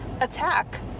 attack